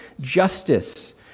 justice